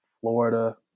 Florida